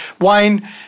Wayne